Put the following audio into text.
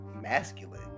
masculine